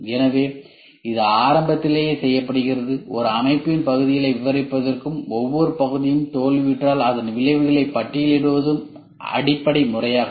எனவே அது ஆரம்பத்திலேயே செய்யப்படுகிறது ஒரு அமைப்பின் பகுதிகளை விவரிப்பதும் ஒவ்வொரு பகுதியும் தோல்வியுற்றால் அதன் விளைவுகளை பட்டியலிடுவதும் அடிப்படை முறையாகும்